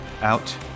out